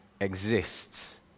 exists